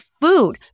food